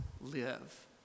live